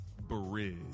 bridge